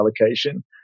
allocation